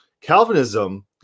Calvinism